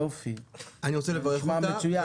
יופי, נשמע מצוין.